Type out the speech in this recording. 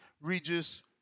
Regis